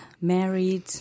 married